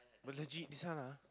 but legit this one ah